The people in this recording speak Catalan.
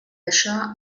això